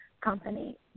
company